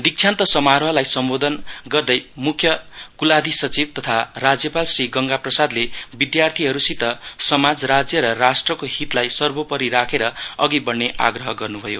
दिक्षान्त समारोहलाई सम्बोधन गर्दै मुख्य कुलाधि सचिव तथा राज्यपाल श्री गंगा प्रसाद्ले विद्यार्थीहरूसित समाज राज्य र राष्ट्रको हितलाई सर्वोपरी राखेर अघि बढ्ने आग्रह गर्नु भयो